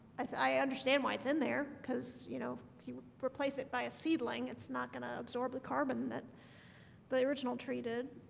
i understand why it's in there because you know, you replace it by a seedling. it's not gonna absorb the carbon that the original treated